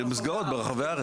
זה מסגרות ברחבי הארץ.